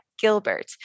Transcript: Gilbert